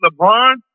LeBron